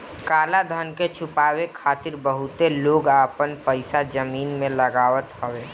काला धन के छुपावे खातिर बहुते लोग आपन पईसा जमीन में लगावत हवे